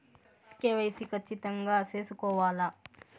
KYC ఖచ్చితంగా సేసుకోవాలా